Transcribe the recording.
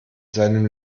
seinem